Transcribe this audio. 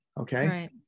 Okay